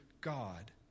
God